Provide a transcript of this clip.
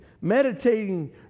meditating